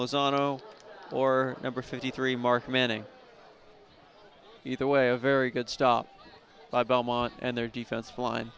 lozano or number fifty three mark manning either way a very good stop by belmont and their defense